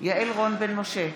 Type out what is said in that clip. יעל רון בן משה,